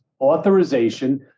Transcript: authorization